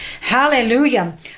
Hallelujah